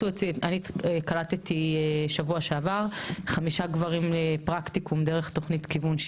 אני קלטתי שבוע שעבר חמישה גברים לפרקטיקום דרך תוכנית כיוון,